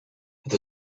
het